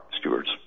stewards